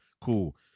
cool